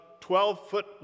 12-foot